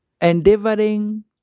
endeavoring